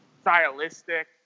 stylistic